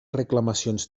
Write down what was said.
reclamacions